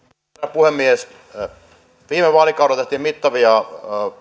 puhemies viime vaalikaudella tehtiin mittavia